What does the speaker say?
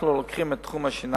אנחנו לוקחים את תחום השיניים